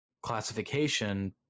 classification